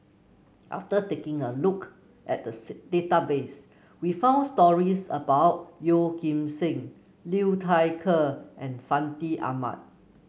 after taking a look at database we found stories about Yeoh Ghim Seng Liu Thai Ker and Fandi Ahmad